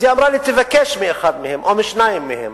אז היא אמרה לי: תבקש מאחד מהם או משניים מהם,